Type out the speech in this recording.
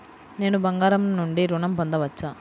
నేను బంగారం నుండి ఋణం పొందవచ్చా?